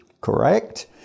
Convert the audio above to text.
correct